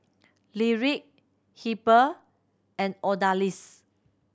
Lyric Heber and Odalys